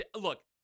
Look